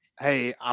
hey